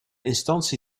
instantie